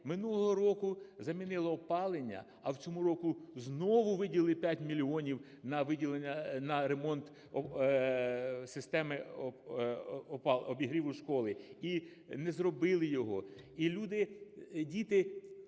минулого року замінили опалення, а в цьому році знову виділили 5 мільйонів на виділення… на ремонт системи обігріву школи і не зробили його. І люди… діти